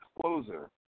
closer